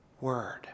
word